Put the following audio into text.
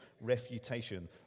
refutation